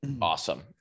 awesome